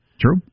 True